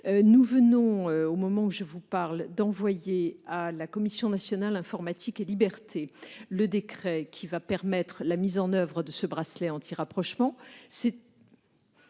Nous venons, au moment où je vous parle, d'envoyer à la Commission nationale de l'informatique et des libertés (CNIL) le décret qui va permettre la mise en oeuvre de ce bracelet anti-rapprochement.